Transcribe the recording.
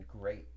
Great